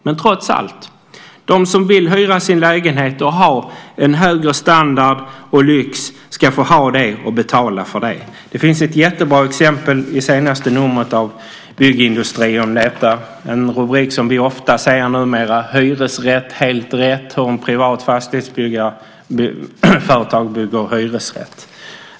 Men trots allt ska de som vill hyra sin lägenhet och som vill ha en högre standard och lyx få ha det och betala för det. Det finns ett jättebra exempel i det senaste numret av Byggindustrin om detta. Där finns en rubrik som vi ofta ser numera: Hyresrätt helt rätt om privat fastighetsföretag bygger hyresrätt.